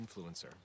influencer